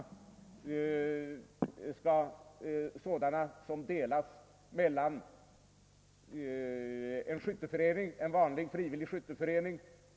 Det finns älgskyttebanor som är inbyggda i skjutbanor som tillhör en vanlig frivillig skytteförening.